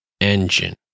engine